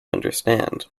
understand